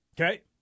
Okay